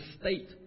state